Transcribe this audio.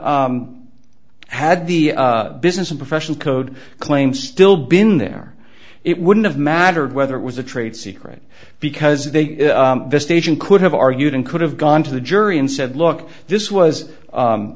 had the business of professional code claim still been there it wouldn't have mattered whether it was a trade secret because they this station could have argued and could have gone to the jury and said look this was u